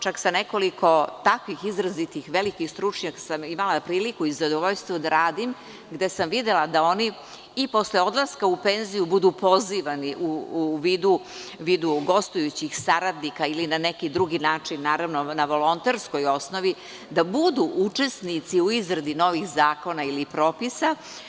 Čak sam sa nekoliko takvih izrazitih velikih stručnjaka sam imala priliku i zadovoljstvo da radim, gde sam videla da oni i posle odlaska u penziju budu pozivani u vidu gostujućih saradnika ili na neki drugi način, naravno, na volonterskoj osnovi, da budu učesnici u izradi novih zakona ili propisa.